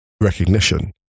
recognition